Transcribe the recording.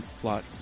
plot